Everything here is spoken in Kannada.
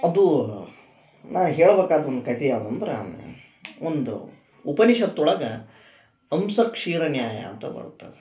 ಅದು ನಾ ಹೇಳ್ಬೇಕಾದ ಒಂದು ಕತೆ ಯಾವ್ದಂದ್ರೆ ಒಂದು ಉಪನಿಷತ್ ಒಳಗೆ ಹಂಸ ಕ್ಷೀರ ನ್ಯಾಯ ಅಂತ ಬರುತ್ತದೆ